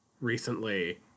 recently